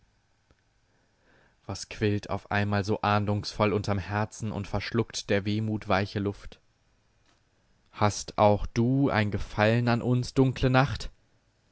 was quillt auf einmal so ahndungsvoll unterm herzen und verschluckt der wehmut weiche luft hast auch du ein gefallen an uns dunkle nacht